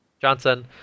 Johnson